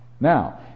Now